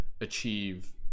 achieve